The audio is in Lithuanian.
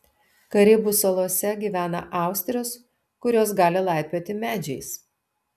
karibų salose gyvena austrės kurios gali laipioti medžiais